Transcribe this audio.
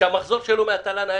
שהמחזור שלו מהתל"ן היה